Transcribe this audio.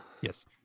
Yes